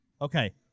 Okay